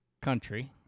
country